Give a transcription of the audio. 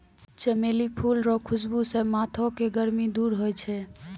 चमेली फूल रो खुशबू से माथो के गर्मी दूर होय छै